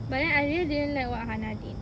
but then I really didn't like what hannah did